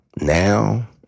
now